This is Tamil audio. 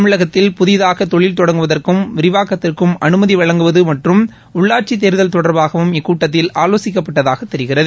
தமிழகத்தில் புதிதாக தொழில் தொடங்குவதற்கும் விரிவாக்கத்திற்கும் அனுமதி வழங்குவது மற்றம் உள்ளாட்சி தேர்தல் தொடர்பாகவும் இக்கூட்டத்தில் ஆலோசிக்கப்பட்டதாக தெரிகிறது